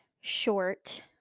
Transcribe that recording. short